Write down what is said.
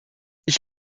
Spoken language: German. ich